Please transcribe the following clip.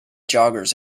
joggers